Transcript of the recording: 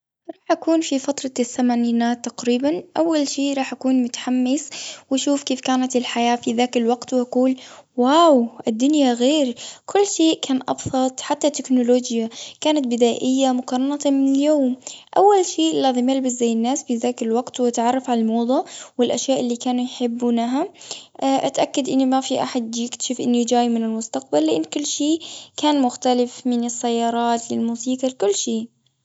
راح أكون في فترة الثمانينات تقريباً. أول شي راح أكون متحمس، واشوف كيف كانت الحياة في ذاك الوقت، وأقول واو الدنيا غير. كل شيء كان أبسط، حتى التكنولوجيا، كانت بدائية، مقارنة من اليوم. أول شيء لازم البس زي الناس في ذاك الوقت، واتعرف على الموضة، والأشياء اللي كانوا يحبونها. اتأكد إن ما في أحد يجي يكشف إني جاي من المستقبل. لأن كل شي كان مختلف، من السيارات للموسيقى، الكل شي.